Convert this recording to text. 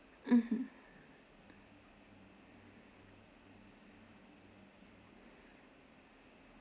mmhmm